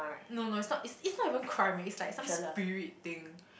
no no it's not it's not even crime leh is like some spirit thing